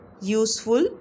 useful